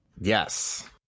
Yes